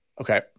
Okay